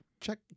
check